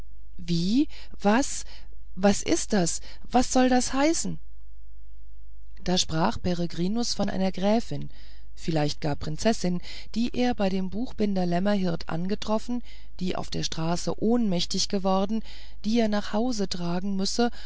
wie was was ist das was soll das heißen da sprach peregrinus von einer gräfin vielleicht gar prinzessin die er bei dem buchbinder lämmerhirt angetroffen die auf der straße ohnmächtig geworden die er nach hause tragen müssen